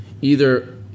Either-